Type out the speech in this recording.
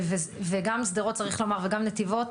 וגם שדרות וגם נתיבות,